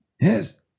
Yes